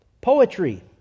Poetry